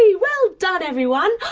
yeah well done everyone.